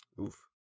Oof